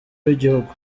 w’igihugu